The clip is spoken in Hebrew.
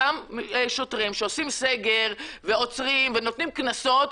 אותם שוטרים שעושים סגר, ועוצרים, ונותנים קנסות,